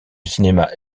cinéma